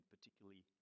particularly